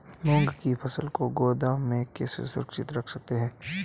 मूंग की फसल को गोदाम में कैसे सुरक्षित रख सकते हैं?